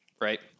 right